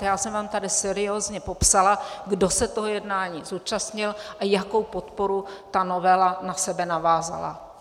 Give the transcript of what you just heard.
Já jsem vám tady seriózně popsala, kdo se toho jednání zúčastnil a jakou podporu ta novela na sebe navázala.